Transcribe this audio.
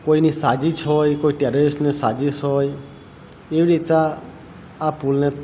કોઇની સાજિશ હોય કોઈ ટેરરિસ્ટની સાજિશ હોય એવી રીતે આ પુલને